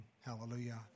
Hallelujah